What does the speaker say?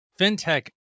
fintech